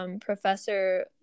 Professor